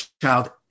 child